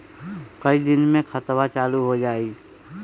कई दिन मे खतबा चालु हो जाई?